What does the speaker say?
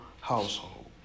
household